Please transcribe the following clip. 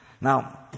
Now